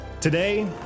Today